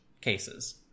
cases